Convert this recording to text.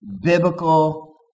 biblical